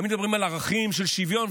תמיד מדברים על ערכים של שוויון,